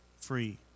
free